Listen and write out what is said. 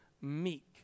meek